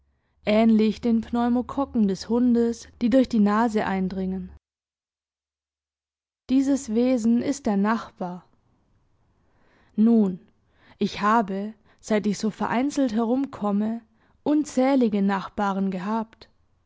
ähnlich den pneumokokken des hundes die durch die nase eindringen dieses wesen ist der nachbar nun ich habe seit ich so vereinzelt herumkomme unzählige nachbaren gehabt